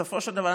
בסופו של דבר,